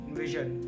vision